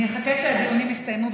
אני אחכה שהדיונים יסתיימו,